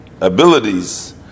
abilities